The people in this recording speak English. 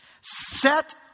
Set